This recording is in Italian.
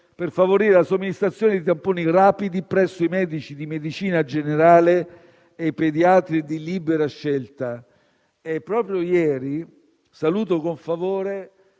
per favorire la somministrazione di tamponi rapidi presso i medici di medicina generale e i pediatri di libera scelta. È proprio di ieri il fatto